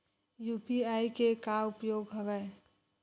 UPI के का उपयोग हवय?